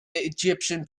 egyptian